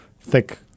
thick